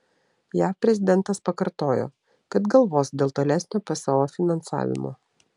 jav prezidentas pakartojo kad galvos dėl tolesnio pso finansavimo